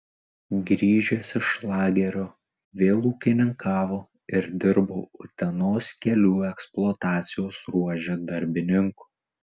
grįžęs iš lagerio vėl ūkininkavo ir dirbo utenos kelių eksploatacijos ruože darbininku